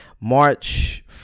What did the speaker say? March